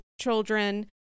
children